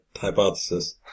hypothesis